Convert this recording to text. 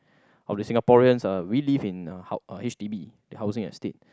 of the Singaporeans ah we live in uh hou~ H_d_B the housing estate